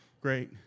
Great